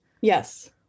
Yes